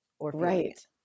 Right